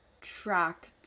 track